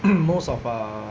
most of err